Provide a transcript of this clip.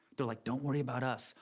they're like, don't worry about us.